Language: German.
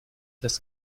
das